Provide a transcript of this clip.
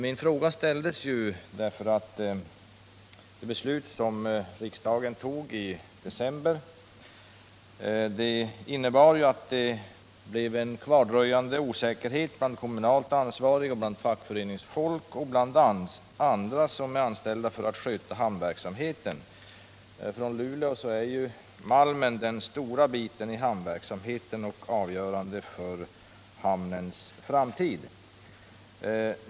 Min fråga ställdes ju därför att det beslut som riksdagen tog i december innebar att det blev en kvardröjande osäkerhet bland kommunalt ansvariga, bland fackföreningsfolk och bland andra som är anställda för att sköta hamnverksamheten. När det gäller Luleå är ju malmen den stora biten i hamnverksamheten och avgörande för hamnens framtid.